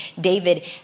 David